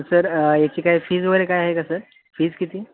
sir याची काय fees वगैरे काय आहे का सर फीज किती